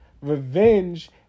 revenge